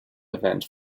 event